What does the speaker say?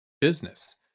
business